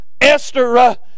Esther